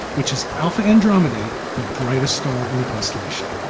which is alpha andromedae, the brightest star in the constellation.